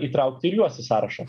įtraukti ir juos į sąrašą